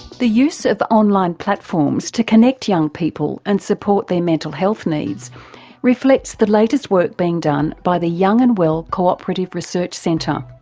the use of online platforms to connect young people and support their mental health needs reflects the latest work being done by the young and well cooperative research centre.